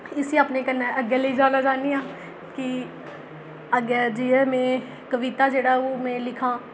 इसी अपने कन्नै अग्गें लेई जाना चाह्न्नी आं कि अग्गें जि'यां में कविता जेह्ड़ा में ओह् लिखां